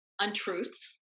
untruths